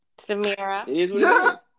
Samira